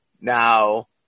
Now